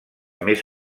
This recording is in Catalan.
més